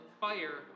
fire